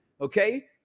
Okay